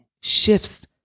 shifts